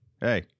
hey